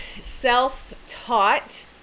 self-taught